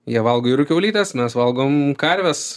jie valgo jūrų kiaulytes mes valgom karves